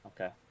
Okay